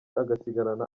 agasigarana